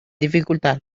dificultad